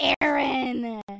Aaron